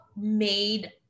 made